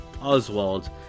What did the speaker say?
Oswald